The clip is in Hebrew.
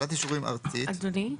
אדוני,